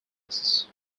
was